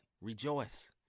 rejoice